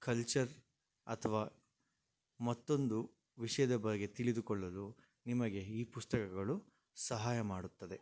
culture ಅಥವಾ ಮತ್ತೊಂದು ವಿಷಯದ ಬಗ್ಗೆ ತಿಳಿದುಕೊಳ್ಳಲು ನಿಮಗೆ ಈ ಪುಸ್ತಕಗಳು ಸಹಾಯ ಮಾಡುತ್ತದೆ